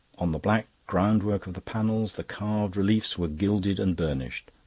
on the black ground-work of the panels the carved reliefs were gilded and burnished.